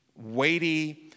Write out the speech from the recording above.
weighty